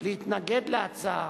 להתנגד להצעה.